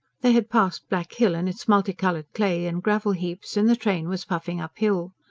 they had passed black hill and its multicoloured clay and gravel heaps, and the train was puffing uphill.